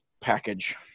package